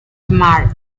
marx